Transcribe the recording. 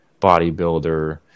bodybuilder